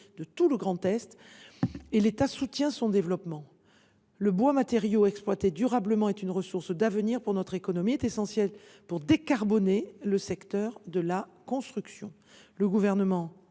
de tout le Grand Est, et l’État soutient son développement. Le bois matériau exploité durablement est une ressource d’avenir pour notre économie. Il est essentiel pour décarboner le secteur de la construction.